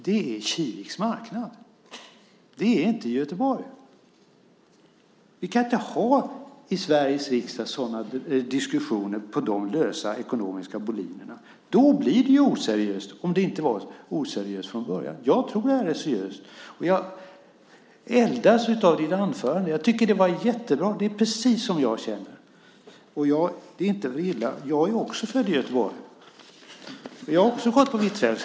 Det är Kiviks marknad. Det är inte Göteborg. Vi kan inte ha diskussioner på så lösa ekonomiska boliner i Sveriges riksdag. Då blir det oseriöst, om det inte var oseriöst från början. Jag tror att detta är seriöst, och jag eldas av dina anföranden. Jag tycker att det var jättebra. Det är precis som jag känner. Och jag är också född i Göteborg, och jag har också gått på Hvitfeldtska.